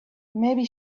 maybe